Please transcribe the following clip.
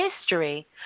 history